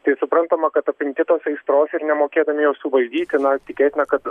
tai suprantama kad apimti tos aistros ir nemokėdami jos suvaldyti na tikėtina kad